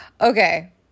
Okay